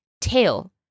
tail